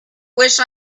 wished